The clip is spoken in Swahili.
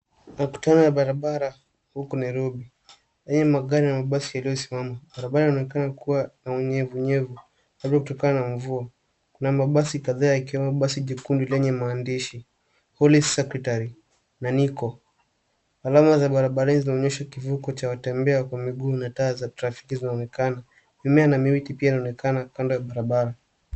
Makutano ya barabara huku Nairobi. Aina ya magari na mabasi yaliyo simama. Barabara inaonekana kuwa na unyevu unyevu labda kutokana na mvuana na mabasi kadhaa yakiwemo basi jekundu yenye maandishi holy sanctuary na nicco . Alama za barabarani zinaonyesha kivuko cha watembea kwa miguu na taa za trafiki zinaonekana. Mimea na miti pia inaonekana kando ya barabara.